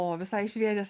o visai šviežias